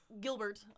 Gilbert